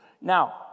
Now